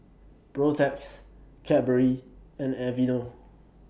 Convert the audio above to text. Protex Cadbury and Aveeno